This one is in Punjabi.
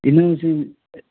ਇਹਦੇ ਤੁਸੀਂ